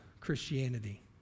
Christianity